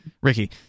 Ricky